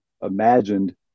imagined